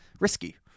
risky